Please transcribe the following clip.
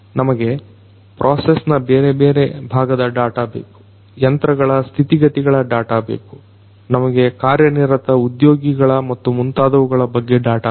ನಮಗೆ ಪ್ರೊಸೆಸ್ನ ಬೇರೆ ಬೇರೆ ಭಾಗದ ಡಾಟ ಬೇಕು ಯಂತ್ರಗಳ ಸ್ಥಿತಿಗತಿಗಳ ಡಾಟ ಬೇಕು ನಮಗೆ ಕಾರ್ಯನಿರತ ಉದ್ಯೋಗಿಗಳ ಮತ್ತು ಮುಂತಾದವುಗಳ ಬಗ್ಗೆ ಡಾಟ ಬೇಕು